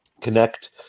connect